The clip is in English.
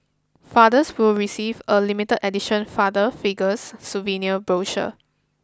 fathers will receive a limited edition Father Figures souvenir brochure